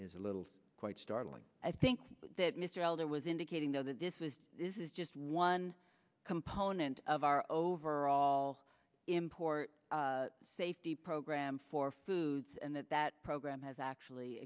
is a little quite startling i think that mr elder was indicating though that this is just one component of our overall import safety program for foods and that that program has actually